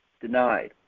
denied